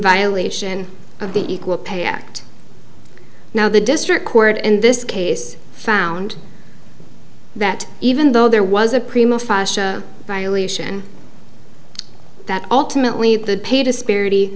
violation of the equal pay act now the district court in this case found that even though there was a prima fascia violation that ultimately the pay disparity